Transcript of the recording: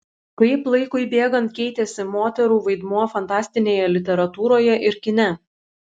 kaip laikui bėgant keitėsi moterų vaidmuo fantastinėje literatūroje ir kine